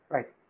Right